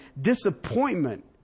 disappointment